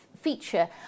feature